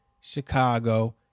Chicago